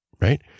right